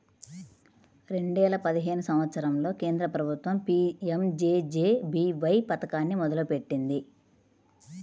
రెండేల పదిహేను సంవత్సరంలో కేంద్ర ప్రభుత్వం పీ.యం.జే.జే.బీ.వై పథకాన్ని మొదలుపెట్టింది